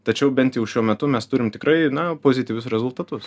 tačiau bent jau šiuo metu mes turim tikrai na pozityvius rezultatus